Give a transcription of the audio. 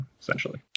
essentially